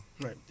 Right